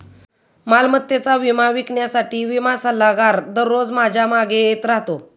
मालमत्तेचा विमा विकण्यासाठी विमा सल्लागार दररोज माझ्या मागे येत राहतो